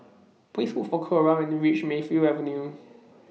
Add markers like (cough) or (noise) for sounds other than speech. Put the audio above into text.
(noise) Please Look For Clora when YOU REACH Mayfield Avenue